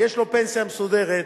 יש לו פנסיה מסודרת,